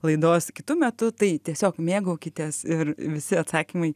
laidos kitu metu tai tiesiog mėgaukitės ir visi atsakymai